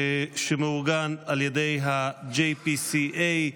שמאורגנת על ידי ה-JPCA.